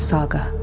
Saga